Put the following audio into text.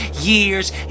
years